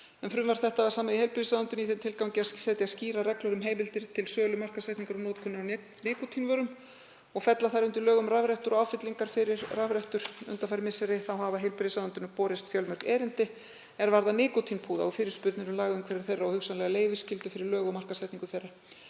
Frumvarp þetta var samið í heilbrigðisráðuneytinu í þeim tilgangi að setja skýrar reglur um heimildir til sölu, markaðssetningar og notkunar á nikótínvörum og fella þær undir lög um rafrettur og áfyllingar fyrir rafrettur. Undanfarin misseri hafa heilbrigðisráðuneytinu borist fjölmörg erindi er varða nikótínpúða og fyrirspurnir um lagaumhverfi þeirra og hugsanlega leyfisskyldu fyrir lög og markaðssetningu þeirra.